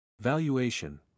Valuation